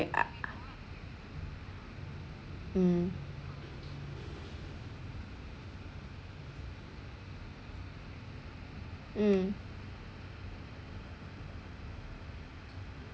mm mm